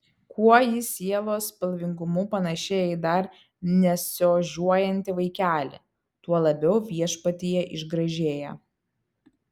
kuo jis sielos spalvingumu panašėja į dar nesiožiuojantį vaikelį tuo labiau viešpatyje išgražėja